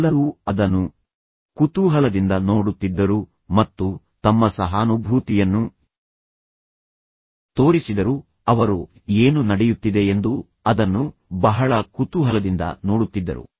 ಎಲ್ಲರೂ ಅದನ್ನು ಕುತೂಹಲದಿಂದ ನೋಡುತ್ತಿದ್ದರು ಮತ್ತು ತಮ್ಮ ಸಹಾನುಭೂತಿಯನ್ನು ತೋರಿಸಿದರು ಅವರು ಏನು ನಡೆಯುತ್ತಿದೆ ಎಂದು ಅದನ್ನು ಬಹಳ ಕುತೂಹಲದಿಂದ ನೋಡುತ್ತಿದ್ದರು